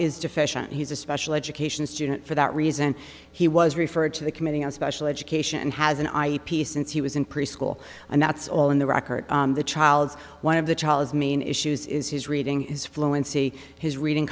is deficient he's a special education student for that reason he was referred to the committee on special education and has an ip since he was in preschool and that's all in the record the child's one of the child's mean issues is his reading is fluency his reading